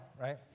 right